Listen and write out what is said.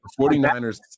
49ers